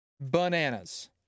bananas